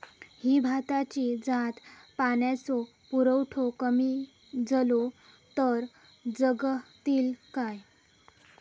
ही भाताची जात पाण्याचो पुरवठो कमी जलो तर जगतली काय?